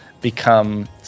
become